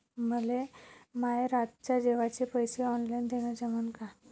मले माये रातच्या जेवाचे पैसे ऑनलाईन देणं जमन का?